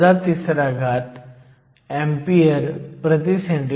junction equilibrium असताना ही potential असते